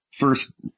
first